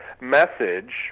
message